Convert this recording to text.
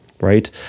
Right